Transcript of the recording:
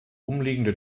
umliegende